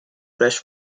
fresh